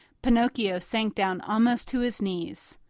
pinocchio sank down almost to his knees.